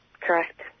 Correct